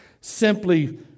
simply